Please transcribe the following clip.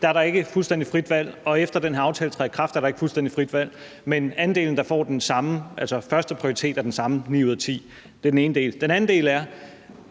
dag er der ikke fuldstændig frit valg, og efter at den her aftale træder i kraft, er der ikke fuldstændig frit valg. Men andelen, der får første prioritet, er den samme – ni ud af ti. Det er den ene del. Den anden del er,